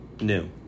New